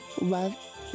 love